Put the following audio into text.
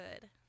good